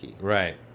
right